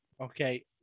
okay